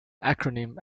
acronym